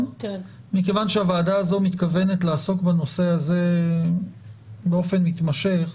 מכיוון שהוועדה הזו מתכוונת לעסוק בנושא הזה באופן מתמשך,